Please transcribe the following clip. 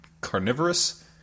Carnivorous